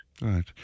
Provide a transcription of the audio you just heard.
Right